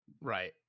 Right